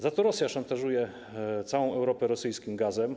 Za to Rosja szantażuje całą Europę rosyjskim gazem.